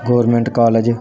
government college